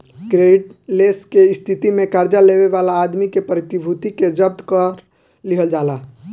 credit less के स्थिति में कर्जा लेवे वाला आदमी के प्रतिभूति के जब्त कर लिहल जाला